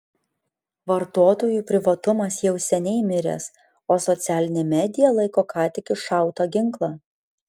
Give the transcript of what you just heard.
vartotojų privatumas jau seniai miręs o socialinė media laiko ką tik iššautą ginklą